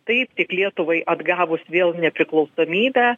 taip tik lietuvai atgavus vėl nepriklausomybę